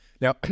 now